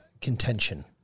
contention